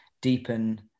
deepen